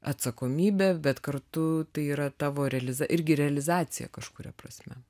atsakomybė bet kartu tai yra tavo realiza irgi realizacija kažkuria prasme